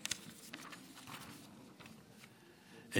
ג.